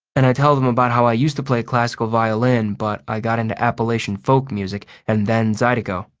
and i tell them about how i used to play classical violin but i got into appalachian folk music and then zydeco.